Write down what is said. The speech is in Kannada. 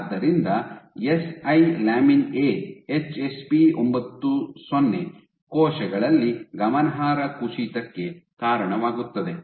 ಆದ್ದರಿಂದ S I lamin A HSP 90 ಕೋಶಗಳಲ್ಲಿ ಗಮನಾರ್ಹ ಕುಸಿತಕ್ಕೆ ಕಾರಣವಾಗುತ್ತದೆ